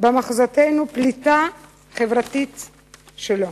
במחוזותינו פליטה חברתית שלו.